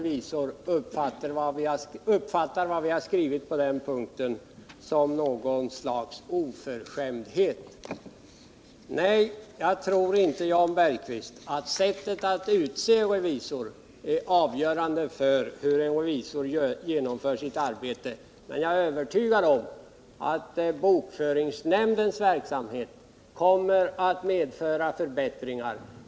Jag tror inte att någon revisor uppfattar vad vi skrivit som något slags oförskämdhet. Jag tror inte, Jan Bergqvist, att sättet att utse revisorer är avgörande för hur de genomför sitt arbete, men jag är övertygad om att bokföringsnämndens verksamhet kommer att medföra förbättringar.